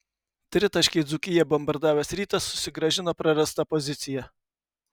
tritaškiai dzūkiją bombardavęs rytas susigrąžino prarastą poziciją